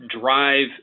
drive